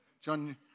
John